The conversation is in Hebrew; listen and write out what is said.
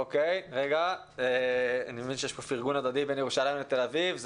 אני מבין שיש פה פרגון הדדי בין ירושלים ותל אביב,